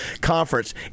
conference